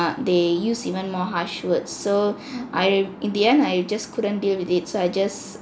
they use even more harsh words so I in the end I just couldn't deal with it so I just